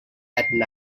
eleven